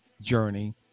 journey